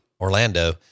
Orlando